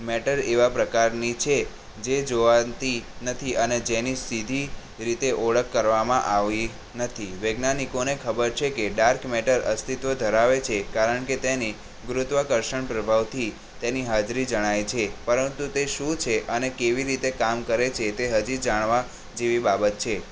matter એવા પ્રકારની છે જે જોવાતી નથી અને જેની સીધી રીતે ઓળખ કરવામાં આવી નથી વૈજ્ઞાનિકોને ખબર છે કે ડાર્ક મેટર અસ્તિત્વ ધરાવે છે કારણ કે તેની ગુરુત્વાકર્ષણ પ્રભાવથી તેની હાજરી જણાય છે પરંતુ તે શું છે અને કેવી રીતે કામ કરે છે તે હજી જાણવા જેવી બાબત છે